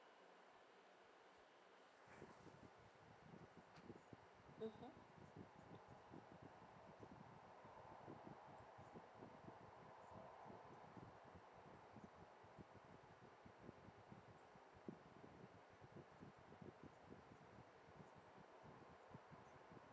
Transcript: mmhmm